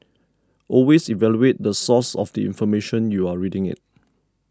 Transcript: always evaluate the source of the information you're reading it